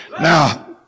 now